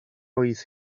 oedd